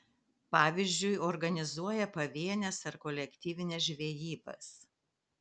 pavyzdžiui organizuoja pavienes ar kolektyvines žvejybas